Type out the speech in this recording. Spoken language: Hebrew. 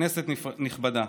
כנסת נכבדה,